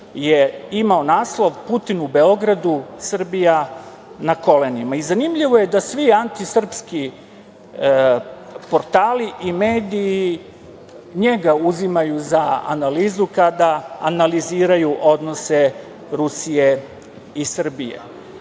je imao naslov – Putin u Beogradu, Srbija na kolenima. Zanimljivo je da svi antisrpski portali i mediji njega uzimaju za analizu kada analiziraju odnose Rusije i Srbije.